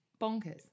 bonkers